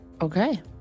Okay